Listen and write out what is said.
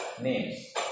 names